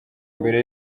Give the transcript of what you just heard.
mbere